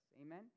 amen